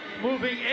moving